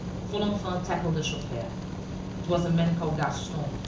folenfant tackled the chauffeur. it was a man called gaston,